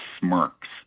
smirks